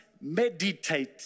meditate